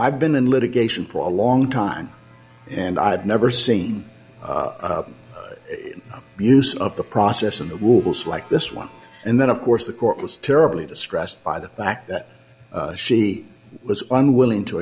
i've been in litigation for a long time and i've never seen the use of the process and the rules like this one and then of course the court was terribly distressed by the fact that she was unwilling to